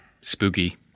spooky